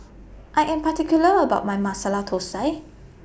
I Am particular about My Masala Thosai